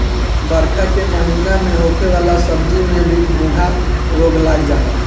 बरखा के महिना में होखे वाला सब्जी में भी घोघा रोग लाग जाला